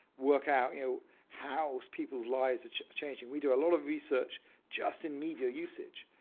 work out you know how people's lives are changing. we do a lot of research just in media usage.